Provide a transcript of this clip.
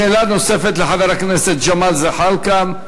שאלה נוספת לחבר הכנסת ג'מאל זחאלקה.